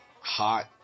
hot